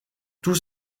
tous